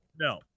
no